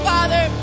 Father